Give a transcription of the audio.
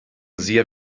sehr